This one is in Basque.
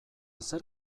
zer